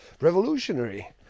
revolutionary